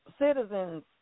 citizens